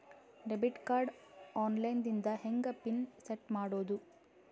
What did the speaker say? Debit card online ದಿಂದ ಹೆಂಗ್ PIN set ಮಾಡೋದು?